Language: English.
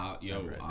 yo